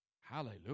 Hallelujah